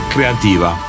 Creativa